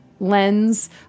Lens